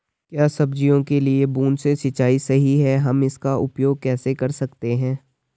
क्या सब्जियों के लिए बूँद से सिंचाई सही है हम इसका उपयोग कैसे कर सकते हैं?